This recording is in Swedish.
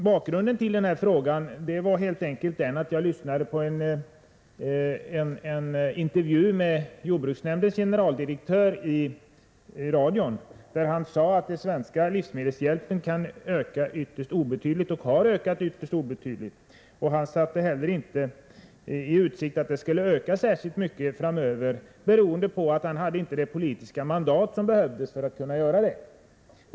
Bakgrunden till min fråga var helt enkelt att jag lyssnade på en intervju i radion med jordbruksnämndens generaldirektör, där han sade att den svenska livsmedelshjälpen kan öka ytterst obetydligt och att den har ökat ytterst obetydligt. Han ställde inte heller i utsikt att livsmedelshjälpen skulle öka särskilt mycket framöver, detta beroende på att han inte hade det politiska mandat som behövdes för att den skulle kunna göra det.